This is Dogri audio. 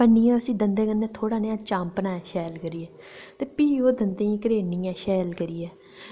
भन्नियै थोह्ड़े नेआं दंदें कन्नै चापना ऐ शैल करियै ते भी ओह् दंदें ई घरेड़नी ऐ शैल करियै